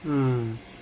mm